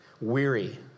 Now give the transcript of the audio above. weary